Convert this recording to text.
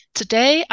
Today